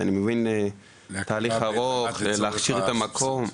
אני מבין זה תהליך ארוך, להכשיר את המקום.